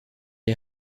est